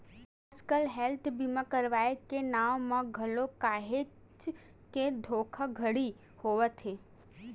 आजकल हेल्थ बीमा करवाय के नांव म घलो काहेच के धोखाघड़ी होवत हे